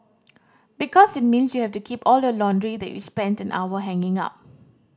because it means you have to keep all your laundry that you spent an hour hanging up